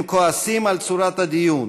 הם כועסים על צורת הדיון,